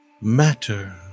matter